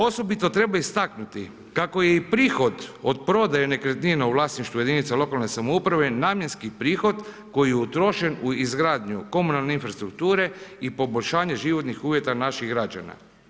Osobito trena istaknuti kako je i prihod od prodaje nekretnina u vlasništvu jedinica lokalne samouprave namjenski prihod koji je utrošen u izgradnju komunalne infrastrukture i poboljšanja životnih uvjeta naših građana.